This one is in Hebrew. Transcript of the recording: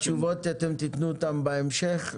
את התשובות תיתנו בהמשך.